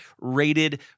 rated